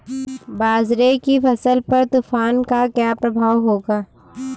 बाजरे की फसल पर तूफान का क्या प्रभाव होगा?